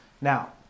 Now